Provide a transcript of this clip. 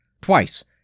Twice